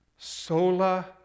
Sola